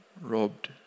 robbed